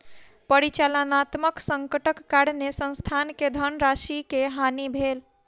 परिचालनात्मक संकटक कारणेँ संस्थान के धनराशि के हानि भेल